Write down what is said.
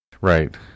right